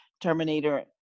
terminator